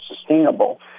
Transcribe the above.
sustainable